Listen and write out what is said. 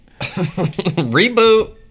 Reboot